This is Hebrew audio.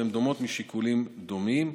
והן דומות משיקולים דומים.